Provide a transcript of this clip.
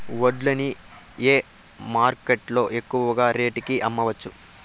వడ్లు ని ఏ మార్కెట్ లో ఎక్కువగా రేటు కి అమ్మవచ్చు?